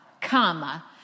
comma